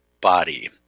body